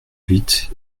huit